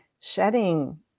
shedding